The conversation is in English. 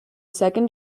second